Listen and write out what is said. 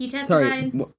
Sorry